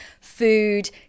food